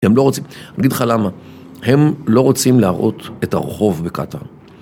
הם לא רוצים, אני אגיד לך למה, הם לא רוצים להראות את הרחוב בקטר.